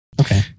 okay